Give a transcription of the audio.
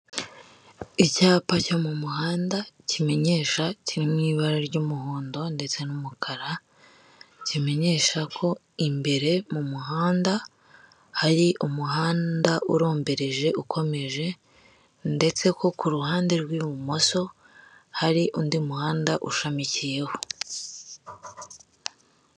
Icyapa cyo mu muhanda kimenyesha ki mu'i ibara ry'umuhondo ndetse n'umukara kimenyesha ko imbere mu muhanda, hari umuhanda urombereje ukomeje ndetse ko ku ruhande rw'ibumoso hari undi muhanda ushamikiyeho.